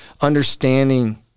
understanding